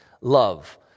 love